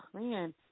man